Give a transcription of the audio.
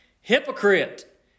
hypocrite